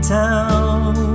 town